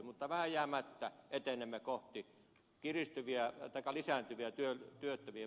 mutta vääjäämättä etenemme kohti lisääntyvää työttömien määrää